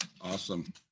awesome